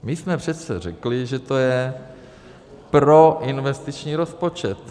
My jsme přece řekli, že to je proinvestiční rozpočet.